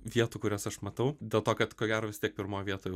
vietų kurias aš matau dėl to kad ko gero vis tiek pirmoj vietoj